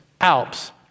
Alps